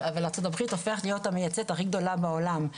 אבל ארצות הברית הופכת להיות המייצאת הכי גדולה בעולם.